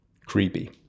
creepy